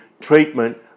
treatment